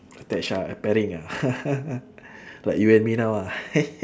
attach ah uh pairing ya like you and me now ah